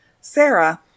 Sarah